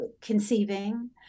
conceiving